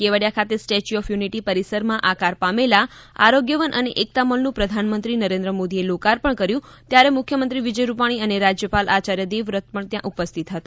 કેવડીયા ખાતે statue of unity પરિસરમાં આકાર પામેલા આરોગ્ય વન અને એકતામોલનું પ્રધાનમંત્રી નરેન્દ્ર મોદીએ લોકાર્પણ કર્યું ત્યારે મુખ્યમંત્રી વિજય રૂપાણી અને રાજ્યપાલ આચાર્ય દેવ વ્રત તેમની સાથે ઉપસ્થિત રહ્યા હતા